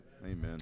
Amen